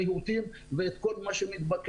ריהוט ודברים אחרים.